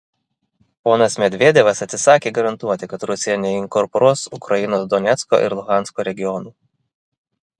ponas medvedevas atsisakė garantuoti kad rusija neinkorporuos ukrainos donecko ir luhansko regionų